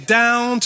down